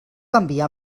enviar